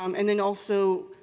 um and then also,